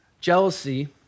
Jealousy